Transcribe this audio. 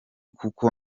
kuko